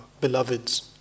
beloveds